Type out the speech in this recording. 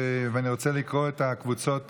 ואני רוצה לקרוא את הקבוצות